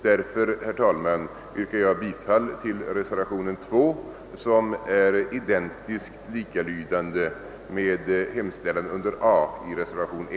Jag yrkar därför, herr talman, bifall till reservationen II, som innehåller samma yrkande som hemställan under mom. A i reservationen I.